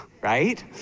right